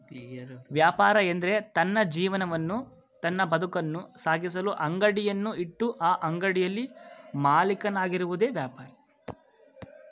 ವ್ಯಾಪಾರ ಎಂದ್ರೆ ತನ್ನ ಜೀವನವನ್ನು ತನ್ನ ಬದುಕನ್ನು ಸಾಗಿಸಲು ಅಂಗಡಿಯನ್ನು ಇಟ್ಟು ಆ ಅಂಗಡಿಯಲ್ಲಿ ಮಾಲೀಕನಾಗಿರುವುದೆ ವ್ಯಾಪಾರಿ